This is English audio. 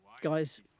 guys